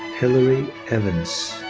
hillary evans.